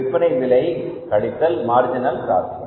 விற்பனை விலை கழித்தல் மார்ஜினல் காஸ்ட்